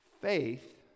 Faith